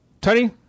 Tony